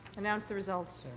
announce the result.